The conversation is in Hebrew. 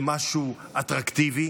למשהו אטרקטיבי,